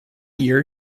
year